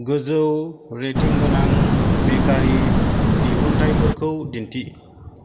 गोजौ रेटिं गोनां बेकारि दिहुन्थाइफोरखौ दिन्थि